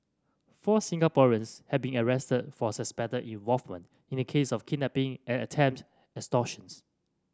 four Singaporeans have been arrested for suspected involvement in a case of kidnapping and attempted extortions